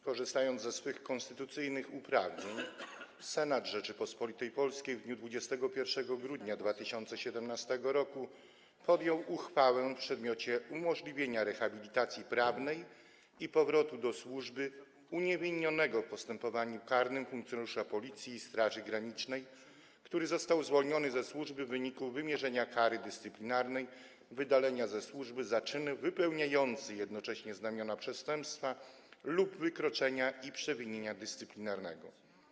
Korzystając ze swych konstytucyjnych uprawnień, Senat Rzeczypospolitej Polskiej w dniu 21 grudnia 2017 r. podjął uchwałę w przedmiocie umożliwienia rehabilitacji prawnej i powrotu do służby uniewinnionego w postępowaniu karnym funkcjonariusza Policji i Straży Granicznej, który został zwolniony ze służby w wyniku wymierzenia kary dyscyplinarnej wydalenia ze służby za czyn wypełniający jednocześnie znamiona przestępstwa lub wykroczenia i przewinienia dyscyplinarnego.